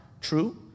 True